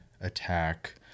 attack